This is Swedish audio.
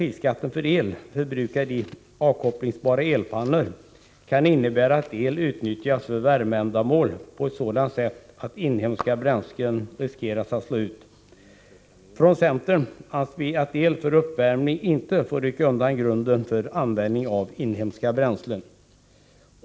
i avkopplingsbara elpannor kan innebära att el kommer att utnyttjas för värmeändamål på ett sådant sätt att inhemska bränslen riskerar att konkurreras ut. Från centern anser vi att el för uppvärmning inte får rycka undan grunden för användningen av inhemska bränslen.